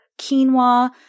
quinoa